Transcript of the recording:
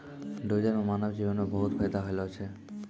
dozer सें मानव जीवन म बहुत फायदा होलो छै